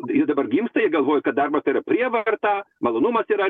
ir dabar gimsta ir galvoja kad darbas tai yra prievarta malonumas yra